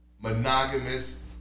monogamous